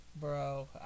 Bro